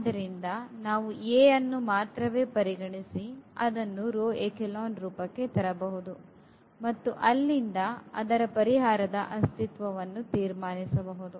ಆದ್ದರಿಂದ ನಾವು A ಯನ್ನು ಮಾತ್ರ ಮಾತ್ರ ಪರಿಗಣಿಸಿ ಅದನ್ನು ರೋ ಎಚೆಲಾನ್ ರೂಪಕ್ಕೆ ತರಬಹುದು ಮತ್ತು ಅಲ್ಲಿಂದ ಅದರ ಪರಿಹಾರದ ಅಸ್ತಿತ್ವವನ್ನು ತೀರ್ಮಾನಿಸಬಹುದು